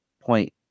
point